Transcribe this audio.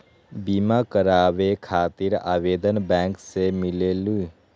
बिमा कराबे खातीर आवेदन बैंक से मिलेलु?